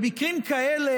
במקרים כאלה,